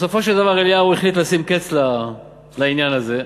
בסופו של דבר אליהו החליט לשים קץ לעניין הזה.